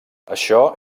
això